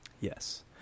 Yes